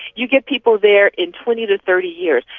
you get people there in twenty to thirty years,